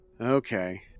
Okay